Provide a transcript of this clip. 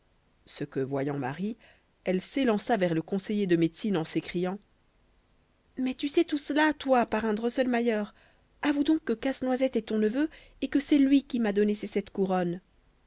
ce que voyant marie elle s'élança vers le conseiller de médecine en s'écriant mais tu sais tout cela toi parrain drosselmayer avoue donc que casse-noisette est ton neveu et que c'est lui qui m'a donné ces sept couronnes